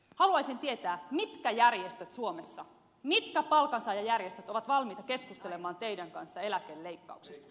haluaisin tietää mitkä järjestöt suomessa mitkä palkansaajajärjestöt ovat valmiita keskustelemaan teidän kanssa eläkeleikkauksista